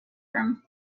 room